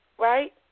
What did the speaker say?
right